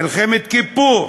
מלחמת יום כיפור,